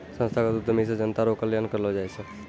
संस्थागत उद्यमी से जनता रो कल्याण करलौ जाय छै